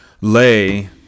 lay